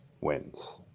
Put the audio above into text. wins